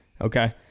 Okay